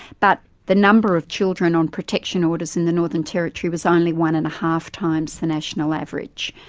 but the number of children on protection orders in the northern territory was only one and a half times the national average,